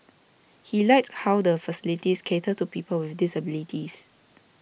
he liked how the facilities cater to people with disabilities